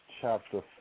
Chapter